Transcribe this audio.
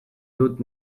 dut